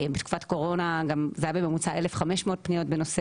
בתקופת הקורונה היו בממוצע 1,500 פניות בנושא